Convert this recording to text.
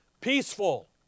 Peaceful